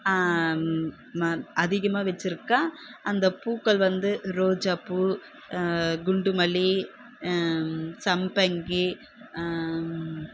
அதிகமாக நான் வச்சுருக்கேன் அந்த பூக்கள் வந்து ரோஜா பூ குண்டு மல்லி சம்பங்கி